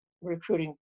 recruiting